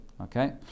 Okay